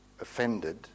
offended